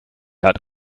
hat